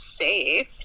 safe